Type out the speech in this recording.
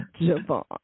Javon